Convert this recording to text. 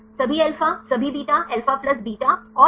सभी अल्फा सभी beta alpha plus beta और अल्फा बीटा